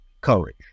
courage